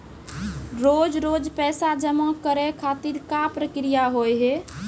रोज रोज पैसा जमा करे खातिर का प्रक्रिया होव हेय?